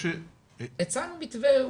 הצענו מתווה.